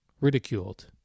ridiculed